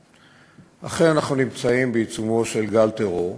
אכן, אנחנו נמצאים בעיצומו של גל טרור,